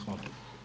Hvala.